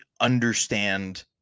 understand